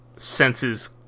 Senses